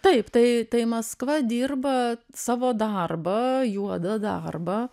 taip tai tai maskva dirba savo darbą juodą darbą